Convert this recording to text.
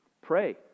Pray